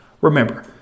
Remember